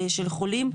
של חולים.